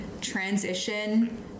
transition